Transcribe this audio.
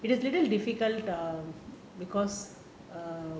it is very difficult um because err